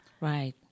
Right